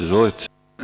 Izvolite.